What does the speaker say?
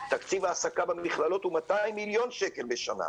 תקציב ההעסקה במכללות הוא 200 מיליון שקלים בשנה.